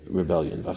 rebellion